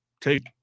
take